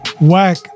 whack